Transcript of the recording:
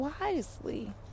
wisely